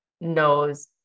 knows